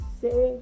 say